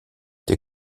der